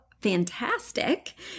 fantastic